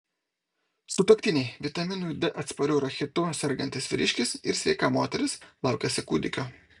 sutuoktiniai vitaminui d atspariu rachitu sergantis vyriškis ir sveika moteris laukiasi kūdikio